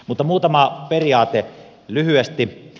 mutta muutama periaate lyhyesti